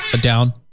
Down